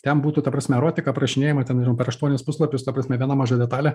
ten būtų ta prasme erotika aprašinėjama ten nežinau per aštuonis puslapius ta prasme viena maža detalė